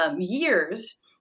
years